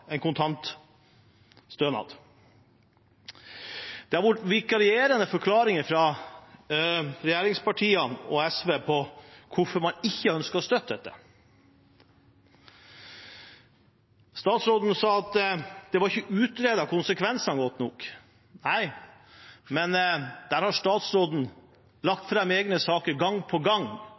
en kontantstønad. Det har vært vikarierende forklaringer fra regjeringspartiene og SV på hvorfor man ikke ønsker å støtte dette. Statsråden sa at konsekvensene ikke var utredet godt nok. Nei, men statsråden har lagt fram egne saker gang på gang,